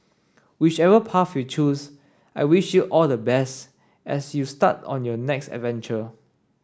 whichever path you choose I wish you all the best as you start on your next adventure